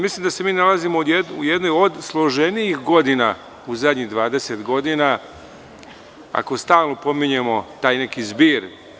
Mislim da se mi nalazimo u jednoj od složenijih godina u zadnjih 20 godina, ako stalno pominjemo taj neki zbir.